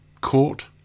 court